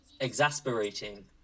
exasperating